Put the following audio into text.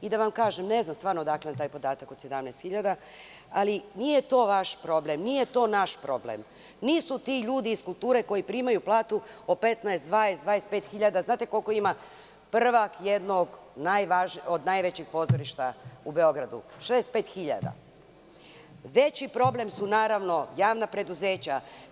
I da vam kažem, stvarno ne znam odakle vam taj podatak od 17 hiljada, ali, nije to vaš problem, nije to naš problem, nisu ti ljudi iz kulture koji primaju platu po 15, 20, 25 hiljada, znate li koliko ima prvak jednog od najvećeg pozorišta u Beogradu – 65 hiljada, veći problem su javna preduzeća.